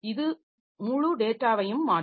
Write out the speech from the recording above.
இது இந்த முழு டேட்டாவையும் மாற்றும்